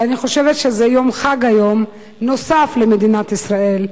ואני חושבת שזה יום חג היום, נוסף, למדינת ישראל,